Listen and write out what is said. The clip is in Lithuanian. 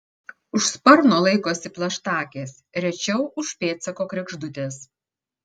už sparno laikosi plaštakės rečiau už pėdsako kregždutės